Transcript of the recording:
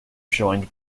joined